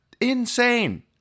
Insane